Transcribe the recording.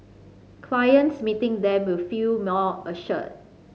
clients meeting them will feel more assured